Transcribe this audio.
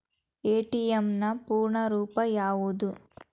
ATM ನ ಪೂರ್ಣ ರೂಪ ಯಾವುದು?